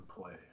play